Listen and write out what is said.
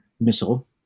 missile